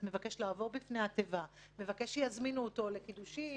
ומבקש לעבור לפני התיבה ומבקש שיזמינו אותו לקידושים